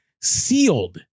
sealed